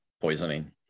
poisoning